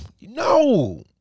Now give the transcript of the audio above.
No